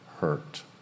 hurt